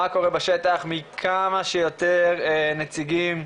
מה קורה בשטח מכמה שיותר נציגים,